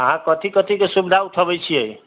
अहाँ कथि कथि के सुविधा उठबै छियै